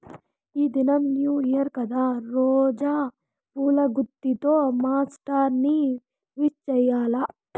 ఈ దినం new year కదా రోజా పూల గుత్తితో మా సార్ ని విష్ చెయ్యాల్ల